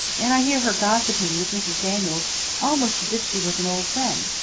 and i hear her gossiping with mrs. daniels almost as if she was an old friend,